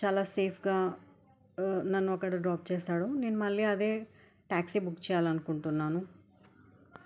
చాలా సేఫ్గా నన్ను అక్కడ డ్రాప్ చేశాడు నేను మళ్ళీ అదే టాక్సీ బుక్ చేయాలి అనుకుంటున్నాను